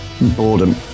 Boredom